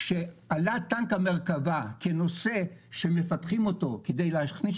כשעלה טנק המרכבה כנושא שמפתחים אותו כדי להכניס